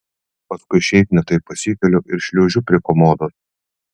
paskui šiaip ne taip pasikeliu ir šliaužiu prie komodos